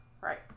Right